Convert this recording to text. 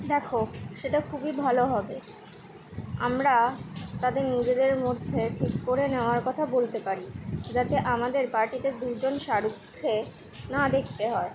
দেখো সেটা খুবই ভালো হবে আমরা তাদের নিজেদের মধ্যে ঠিক করে নেওয়ার কথা বলতে পারি যাতে আমাদের পার্টিতে দুজন শাহরুখকে না দেখতে হয়